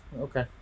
okay